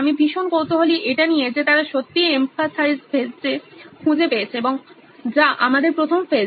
আমি ভীষন কৌতূহলী এটা নিয়ে যে তারা সত্যিই এম্ফাথাইজ ফেজে খুঁজে পেয়েছে যা আমাদের প্রথম ফেজ